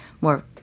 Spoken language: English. more